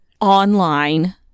online